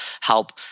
help